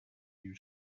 you